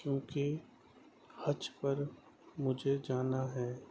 کیوں کہ حج پر مجھے جانا ہے